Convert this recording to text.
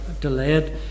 delayed